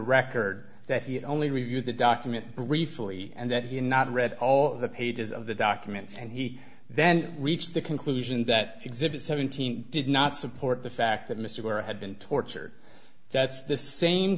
record that he only reviewed the document briefly and that you not read all the pages of the document and he then reached the conclusion that exhibit seventeen did not support the fact that mr ware had been tortured that's the same